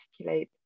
articulate